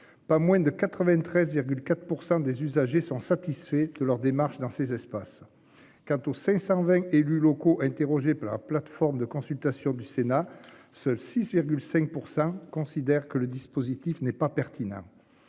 Pas moins de 93,4% des usagers sont satisfaits de leur démarche dans ces espaces. Quant aux 520 élus locaux. Interrogé par la plateforme de consultation du Sénat. Seuls 6 5 % considèrent que le dispositif n'est pas pertinent.